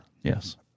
Yes